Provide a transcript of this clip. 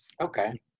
Okay